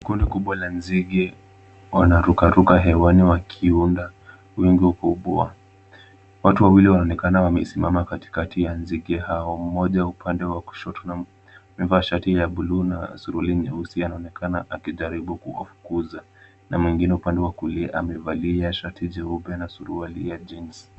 Kundi kubwa la na nzige wanarukaruka hewani wakiunda wingu kubwa. Watu wawili wanaonekana wakisimama katikakati ya nzige hao mmoja upande wa kushoto amevaa shati ya bluu na suruali nyeusi anaonekana akijaribu kuwafukuza na mwingine upande wa kulia amevalia shati jeupe na suruali ya jeans .